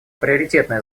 приоритетная